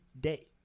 day